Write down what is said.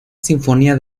sinfonía